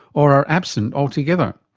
or are absent altogether.